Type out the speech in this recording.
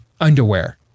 underwear